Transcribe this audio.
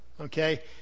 okay